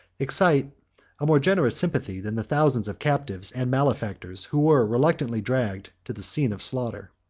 excite a more generous sympathy than the thousands of captives and malefactors who were reluctantly dragged to the scene of slaughter.